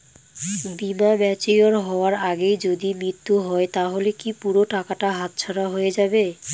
বীমা ম্যাচিওর হয়ার আগেই যদি মৃত্যু হয় তাহলে কি পুরো টাকাটা হাতছাড়া হয়ে যাবে?